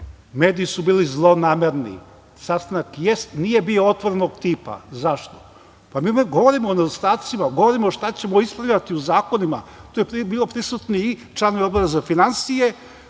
mediji su bili zlonamerni. Sastanak nije bio otvorenog tipa. Zašto? Pa, mi govorimo o nedostacima, govorimo šta ćemo ispravljati u zakonima, bili su prisutni članovi Odbora za finansije,